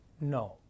no